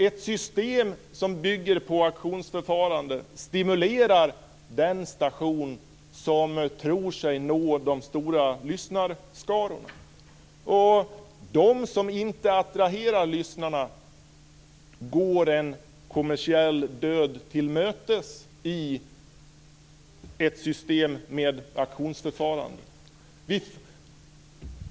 Ett system som bygger på auktionsförfarande stimulerar den station som tror sig nå de stora lyssnarskarorna. De som inte attraherar lyssnarna går en kommersiell död till mötes i ett system med autktionsförfarande.